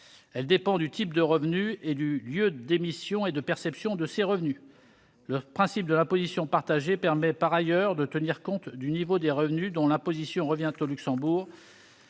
Elle dépend du type de revenus et du lieu d'émission et de perception de ces revenus. Par ailleurs, le principe de l'imposition partagée permet de tenir compte du niveau des revenus dont l'imposition revient au Luxembourg,